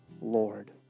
Lord